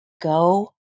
Go